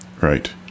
Right